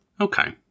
Okay